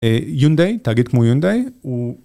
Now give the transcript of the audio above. יונדאי, תאגיד כמו יונדאי.